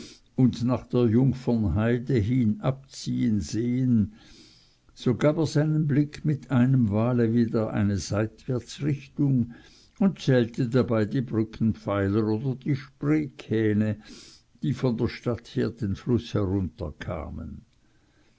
und nach der jungfernheide hin abziehen sehen so gab er seinem blick mit einem male wieder eine seitwärtsrichtung und zählte dabei die brückenpfeiler oder die spreekähne die von der stadt her den fluß herunterkamen